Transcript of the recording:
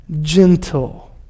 gentle